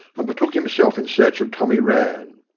and betook himself in search of tommy rann.